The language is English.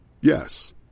Yes